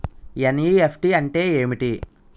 NEFT అంటే ఏమిటి?